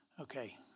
okay